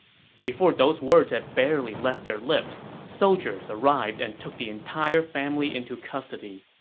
before those words had barely left their lips, soldiers arrived and took the entire family into custody.